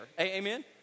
Amen